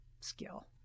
skill